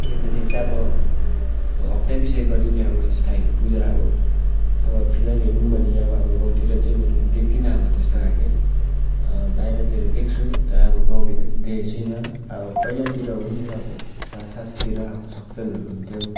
हेर्दाखेरि चाहिँ अब हप्ता पछि गरिने अब त्यस्तो खाले पूजा अब अब फिलहाल हेर्यौँ भने अब हाम्रो गाउँतिर चाहिँ मैले देख्दिनँ अब त्यस्तो खाले बाहिरतिर देख्छु अब गाउँ भित्र चाहिँ देखेको छुइनँ अब पहिलातिर हुन्थ्यो अब साँझ साँझतिर अब सत्सङ्गहरू हुन्थ्यो